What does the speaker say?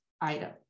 item